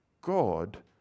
God